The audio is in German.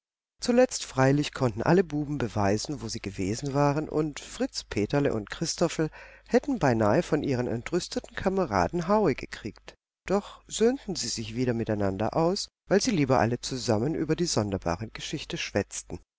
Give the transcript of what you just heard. zuletzt freilich konnten alle buben beweisen wo sie gewesen waren und fritz peterle und christophel hätten beinahe von ihren entrüsteten kameraden haue gekriegt doch söhnten sie sich wieder miteinander aus weil sie lieber alle zusammen über die sonderbare geschichte schwätzten